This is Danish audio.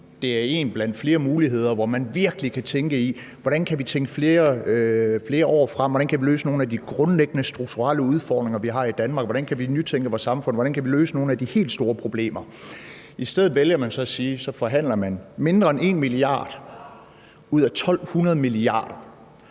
Det er én blandt flere muligheder, hvor man virkelig kan tænke i, hvordan vi kan tænke flere år frem, og hvordan vi kan løse nogle af de grundlæggende strukturelle udfordringer, vi har i Danmark, og hvordan vi kan nytænke vores samfund, og hvordan vi kan løse nogle af de helt store problemer. I stedet vælger man så at sige, at man forhandler mindre end 1 mia. kr. ud af 1.200 mia. kr.